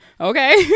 Okay